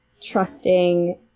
trusting